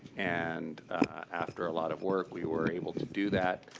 and after a lot of work, we were able to do that.